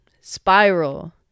spiral